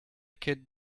kid